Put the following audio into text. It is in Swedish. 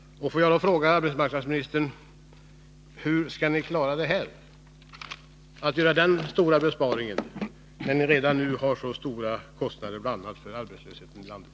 Får jag då fråga arbetsmarknadsministern: Hur skall ni klara att göra den stora besparingen, när ni redan nu har så stora kostnader, bl.a. för arbetslösheten i landet?